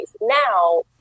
Now